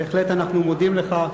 בהחלט אנחנו מודים לך,